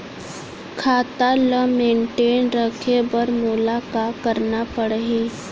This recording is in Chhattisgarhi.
खाता ल मेनटेन रखे बर मोला का करना पड़ही?